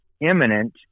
imminent